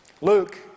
Luke